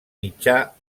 mitjà